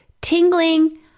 tingling